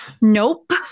Nope